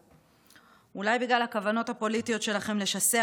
אולי בגלל הכוונות הפוליטיות שלכם לשסע,